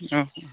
okay